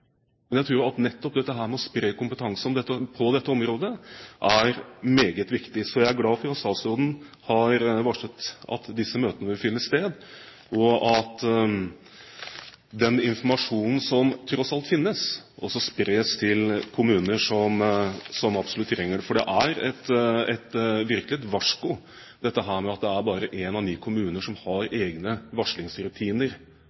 på dette området er meget viktig. Så jeg er glad for at statsråden har varslet at disse møtene vil finne sted, og at den informasjonen som tross alt finnes, også spres til kommuner som absolutt trenger det. For det er virkelig et varsko at det bare er en av ni kommuner som har